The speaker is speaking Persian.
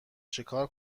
چیکار